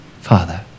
Father